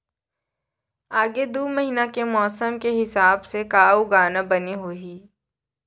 आगे दू महीना के मौसम के हिसाब से का उगाना बने होही?